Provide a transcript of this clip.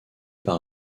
par